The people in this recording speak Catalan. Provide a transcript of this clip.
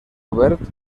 obert